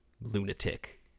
lunatic